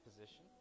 position